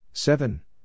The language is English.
Seven